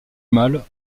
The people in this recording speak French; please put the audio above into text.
mâle